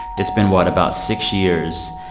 it's been what? about six years.